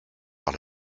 par